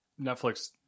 Netflix